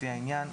לפי העניין,